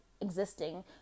existing